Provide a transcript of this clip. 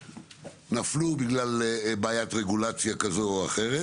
שנפלו בגלל בעיית רגולציה כזו או אחר.